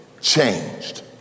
changed